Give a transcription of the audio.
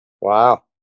Wow